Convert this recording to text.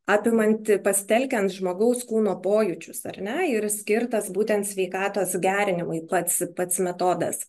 apimanti pasitelkiant žmogaus kūno pojūčius ar ne ir skirtas būtent sveikatos gerinimui pats pats metodas